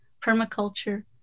permaculture